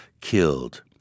killed